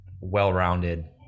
well-rounded